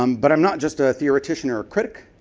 um but i'm not just a theoritician or critic.